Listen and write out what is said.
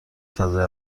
فضای